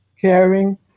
caring